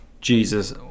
Jesus